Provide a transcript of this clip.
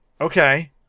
Okay